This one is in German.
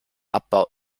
abbau